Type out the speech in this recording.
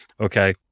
okay